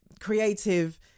creative